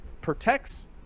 protects